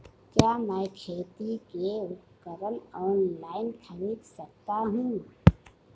क्या मैं खेती के उपकरण ऑनलाइन खरीद सकता हूँ?